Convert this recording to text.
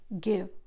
give